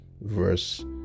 verse